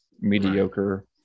mediocre